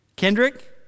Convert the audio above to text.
Kendrick